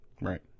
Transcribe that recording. Right